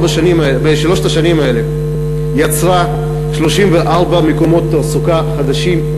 השנים האלה יצרה 34 מקומות תעסוקה חדשים,